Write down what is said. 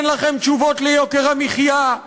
אין לכם תשובות ליוקר המחיה,